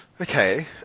Okay